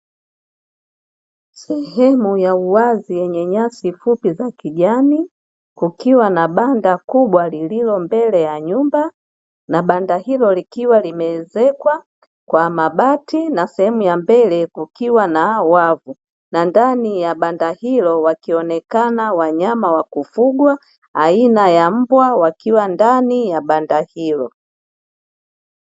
Sehemu ya uwazi yenye nyasi fupi za kijani, kukiwa na banda kubwa lililo mbele ya nyumba, na banda hilo likiwa limeezekwa kwa mabati na sehemu ya mbele kukiwa na wavu. Na ndani ya banda hilo wakionekana wanyama wa kufugwa aina ya mbwa, wakiwa ndani ya banda hilo.